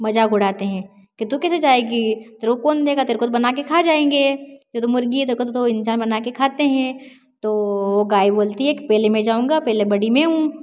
मजाक उड़ाते हैं कि तू कैसे जाएगी तेरे को कौन देगा तेरे को तो बना के खा जाएँगे तू तो मुर्गी है तेरे को तो इंसान बना के खाते हैं तो गाय बोलती है कि पहले मैं जाऊँगा पहले बड़ी मैं हूँ